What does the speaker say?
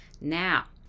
Now